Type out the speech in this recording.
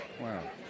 Wow